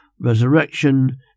resurrection